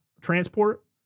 transport